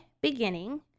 beginning